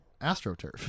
AstroTurf